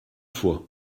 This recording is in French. fois